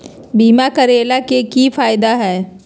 बीमा करैला के की फायदा है?